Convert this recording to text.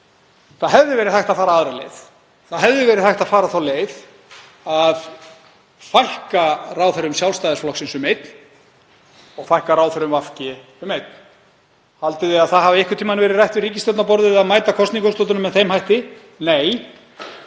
Það hefði verið hægt að fara aðra leið. Það hefði verið hægt að fara þá leið að fækka ráðherrum Sjálfstæðisflokksins um einn og fækka ráðherrum VG um einn. Haldið þið að það hafi einhvern tímann verið rætt við ríkisstjórnarborðið að mæta kosningaúrslitunum með þeim hætti? Nei.